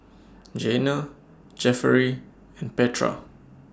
Jeana Jefferey and Petra